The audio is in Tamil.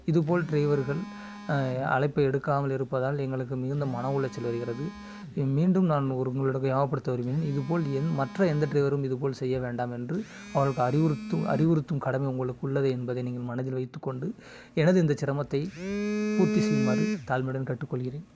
இது போல் டிரைவர்கள் அழைப்பை எடுக்காமல் இருப்பதால் எங்களுக்கு மிகுந்த மன உளைச்சல் வருகிறது மீண்டும் நான் ஒரு உங்களிடம் ஞாபகப்படுத்த விரும்புகிறேன் இதுபோல் எந்த மற்ற எந்த டிரைவரும் இதுபோல் செய்ய வேண்டாம் என்று அவர்களுக்கு அறிவுறுத்தும் அறிவுறுத்தும் கடமை உங்களுக்கு உள்ளது என்பதை நீங்கள் மனதில் வைத்துக்கொண்டு எனது இந்த சிரமத்தை பூர்த்தி செய்யுமாறு தாழ்மையுடன் கேட்டுக்கொள்கிறேன்